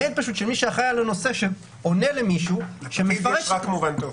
מייל של מי שאחראי על הנושא שעונה למישהו --- לפקיד יש רק מובן טוב.